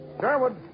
Sherwood